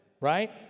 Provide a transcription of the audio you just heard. Right